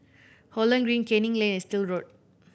Holland Green Canning Lane and Still Road